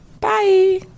Bye